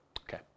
Okay